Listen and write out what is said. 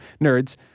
nerds